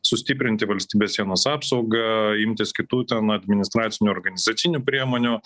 sustiprinti valstybės sienos apsaugą imtis kitų ten administracinių organizacinių priemonių